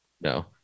No